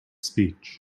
speech